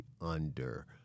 under-